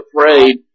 afraid